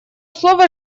слово